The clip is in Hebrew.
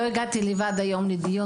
לא הגעתי לדיון היום לבד,